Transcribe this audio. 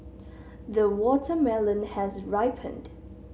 the watermelon has ripened